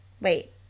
Wait